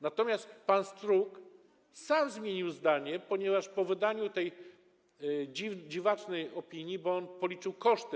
Natomiast pan Struk sam zmienił zdanie, ponieważ po wydaniu tej dziwacznej opinii, bo on nawet policzył koszty.